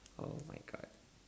oh my god